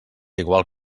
igual